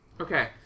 okay